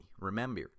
Remember